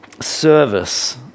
service